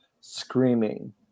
screaming